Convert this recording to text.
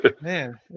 man